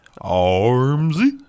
Armsy